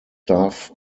staff